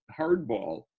hardball